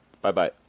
Bye-bye